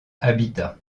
habitat